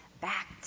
back